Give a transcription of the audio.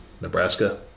nebraska